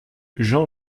jean